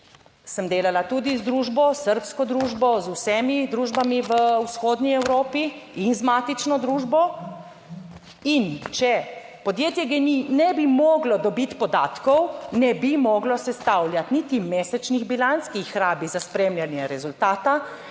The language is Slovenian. sem delala tudi z družbo, srbsko družbo, z vsemi družbami v vzhodni Evropi in z matično družbo, in če podjetje GEN-I ne bi moglo dobiti podatkov, ne bi moglo sestavljati niti mesečnih bilanc, ki jih rabi za spremljanje rezultata,